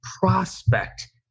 prospect